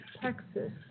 Texas